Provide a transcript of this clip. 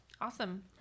awesome